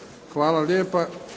Hvala lijepa.